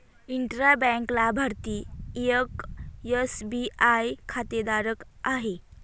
intra bank लाभार्थी एक SBI खातेधारक आहे